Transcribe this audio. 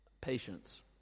patience